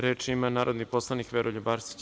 Reč ima narodni poslanik Veroljub Arsić.